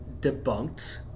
debunked